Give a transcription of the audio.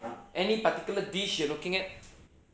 any particular dish you are looking at